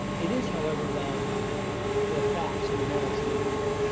it is, however, about the facts and the merits of the deal.